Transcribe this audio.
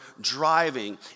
driving